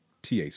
TAC